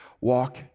walk